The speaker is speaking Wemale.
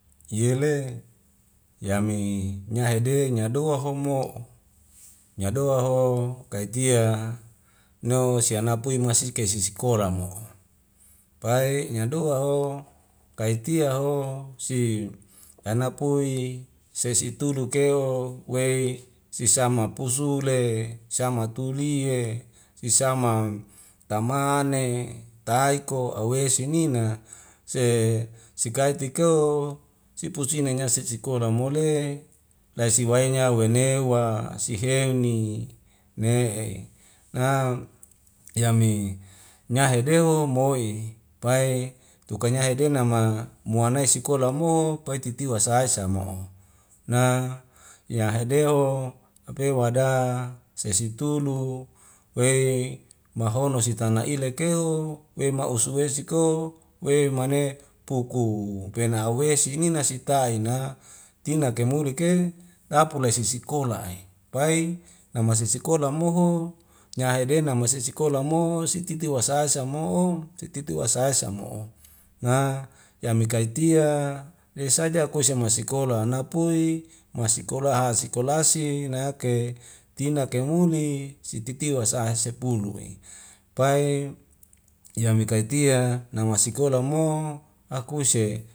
Yele yami nyahede nyadoa homo nyadoa ho kaitia no sianapui masike sisikola mo pae nyadoa o kaitia ho si yanapui seisi'utulu keo wei si sama pusu le sama tulie e sisama tamane taiko awese nina se sikai tiko sipusi na nyasisikola mo le laisiwainya wenewa siheuni me na yami nyahedeho moi pai tukai nyahe denama moane sikola mo pai titiwa sae sa mo'o na yahedeho ape wa da sai si tulu wei mahono si tana ilek keu wei ma usuwesik ko we mane puku pena awe sinina sitaina tina keimulik ke dapul lai li sikola'e pai nama sisikola moho nyahedena masi sikola mo sititi wa sai sa mo'o titi wai sai samo'o. nga yamekaitia rei saja akuese masikola napui masiko hasikola si nae ak ke tina keimuli sititiwa sa'ae sepulu e pae yami kaitia namasikola mo akuse